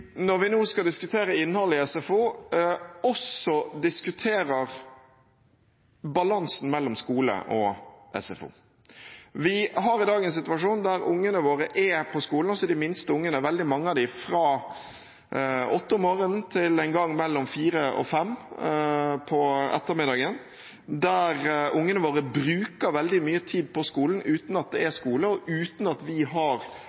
når vi nå skal diskutere innholdet i SFO, også diskuterer balansen mellom skole og SFO. Vi har i dag en situasjon der veldig mange av de minste ungene våre er på skolen fra åtte om morgenen til en gang mellom fire og fem om ettermiddagen De bruker veldig mye tid på skolen uten at det er skole, og uten at vi har